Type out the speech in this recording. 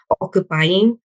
occupying